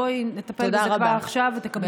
בואי נטפל בזה כבר עכשיו ותקבלי תשובה.